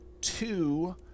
two